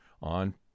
on